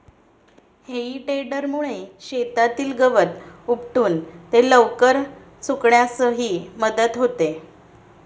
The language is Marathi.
हेई टेडरमुळे शेतातील गवत उपटून ते लवकर सुकण्यासही मदत होते